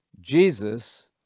Jesus